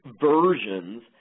versions